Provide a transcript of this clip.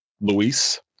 Luis